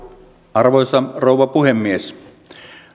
arvoisa rouva puhemies